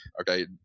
Okay